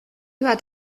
bat